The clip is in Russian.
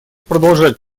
продолжать